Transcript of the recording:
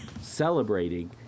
celebrating